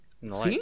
¿No